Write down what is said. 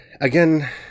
Again